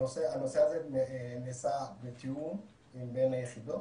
הנושא הזה נעשה בתיאום בין היחידות.